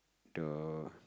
the